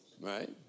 right